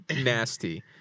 nasty